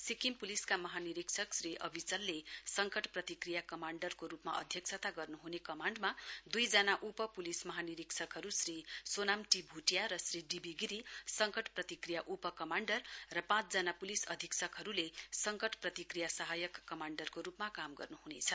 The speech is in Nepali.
सिक्किम पुलिसका महानिरीक्षक श्री अविचलले सङ्कट प्रतिक्रिया कमाण्डरको रुपमा अध्यक्षता गर्नुहने कमाण्डमा दुइजना उप पुलिस महानिरीक्षकहरु श्री सोनाम टी भुटिया र श्री डी वी गिरी सङ्कट प्रतिक्रिया उप कमाण्डर र पाँच जना पुलिस अधीक्षकहरुले सङ्कट प्रतिक्रिया सहायक कमाण्डर को रुपमा काम गर्नुहुनेछ